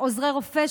עוזרי רופא,